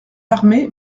armées